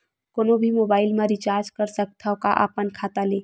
कोनो भी मोबाइल मा रिचार्ज कर सकथव का अपन खाता ले?